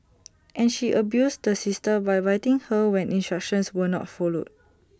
and she abused the sister by biting her when instructions were not followed